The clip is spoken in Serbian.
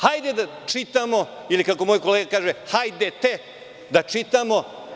Hajde da čitamo ili kako moj kolega kaže – hajdete da čitamo.